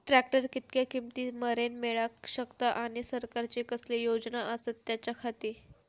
Tractor कितक्या किमती मरेन मेळाक शकता आनी सरकारचे कसले योजना आसत त्याच्याखाती?